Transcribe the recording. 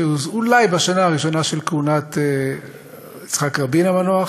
אולי בשנה הראשונה לכהונת יצחק רבין המנוח,